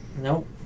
Nope